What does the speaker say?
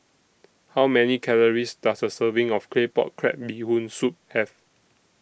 How Many Calories Does A Serving of Claypot Crab Bee Hoon Soup Have